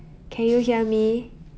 can you hear me